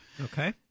Okay